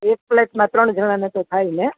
એક પ્લેટમાં તો ત્રણ જણને તો થાય ને